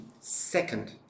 second